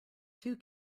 two